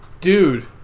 dude